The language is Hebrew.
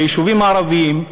ביישובים הערביים,